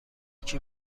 یکی